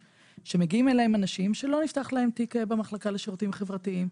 שמגיעים אליהם אנשים שלא נפתח להם תיק במחלקה לשירותים חברתיים.